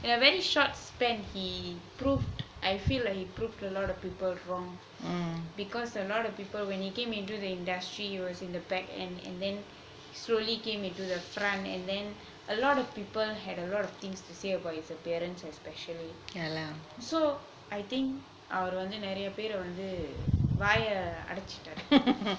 in a very short span he proved I feel like he proved a lot of people wrong because a lot of people when he came into the industry he was in the back end and then he slowly came into the front and then a lot of people had a lot of things to say about his apperance especially so I think அவரு வந்து நிறைய பேரு வந்து வாய அடச்சுட்டாறு:avaru vanthu niraiya peru vanthu vaaya vanthu adachuttaru